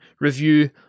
review